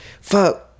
fuck